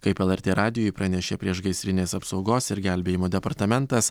kaip lrt radijui pranešė priešgaisrinės apsaugos ir gelbėjimo departamentas